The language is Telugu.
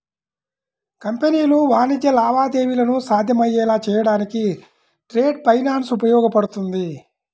కంపెనీలు వాణిజ్య లావాదేవీలను సాధ్యమయ్యేలా చేయడానికి ట్రేడ్ ఫైనాన్స్ ఉపయోగపడుతుంది